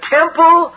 temple